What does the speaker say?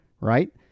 right